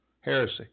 Heresy